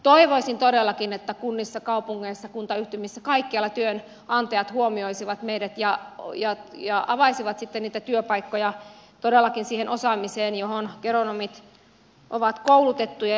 toivoisin todellakin että kunnissa kaupungeissa kuntayhtymissä kaikkialla työnantajat huomioisivat meidät ja avaisivat sitten niitä työpaikkoja todellakin siihen osaamiseen johon geronomit ovat koulutettuja